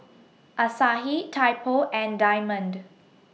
Asahi Typo and Diamond